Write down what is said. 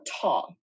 tall